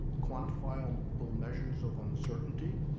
quantifiable measures of uncertainty,